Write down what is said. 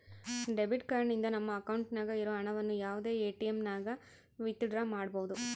debit card ನಿಂದ ನಮ್ಮ ಅಕೌಂಟ್ನಾಗ ಇರೋ ಹಣವನ್ನು ಯಾವುದೇ ಎಟಿಎಮ್ನಾಗನ ವಿತ್ ಡ್ರಾ ಮಾಡ್ಬೋದು